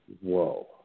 whoa